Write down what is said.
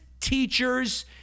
teachers